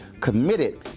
committed